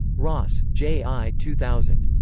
ross, j i. two thousand.